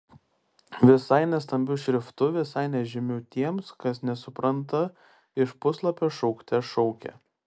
visai ne stambiu šriftu visai nežymiu tiems kas nesupranta iš puslapio šaukte šaukė